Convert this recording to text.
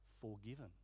forgiven